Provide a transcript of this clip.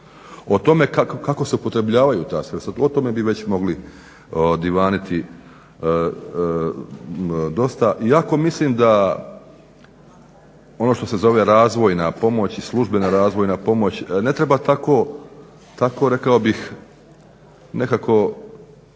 O tome kako se upotrebljavaju ta sredstva o tome bi već mogli divaniti dosta, iako mislim da ono što se razvojna pomoć i službena razvojna pomoć ne treba tako rekao bih nekako